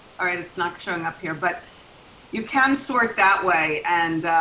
all right, it's not showing up here, but you can sort that way. and